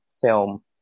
film